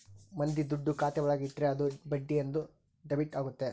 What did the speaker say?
ಮಂದಿ ದುಡ್ಡು ಖಾತೆ ಒಳಗ ಇಟ್ರೆ ಅದು ಬಡ್ಡಿ ಬಂದು ಡೆಬಿಟ್ ಆಗುತ್ತೆ